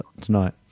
tonight